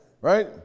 right